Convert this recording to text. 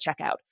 checkout